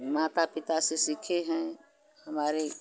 माता पिता से सीखे हैं हमारे